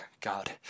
God